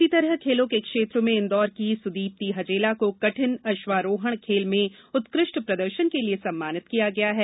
इसी प्रकार खेलों के क्षेत्र में इंदौर की सुदीप्ति हजेला को कठिन अश्वारोहण खेल में उत्कृष्ट प्रदर्शन के लिए सम्मानित किया गया है